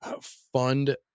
fund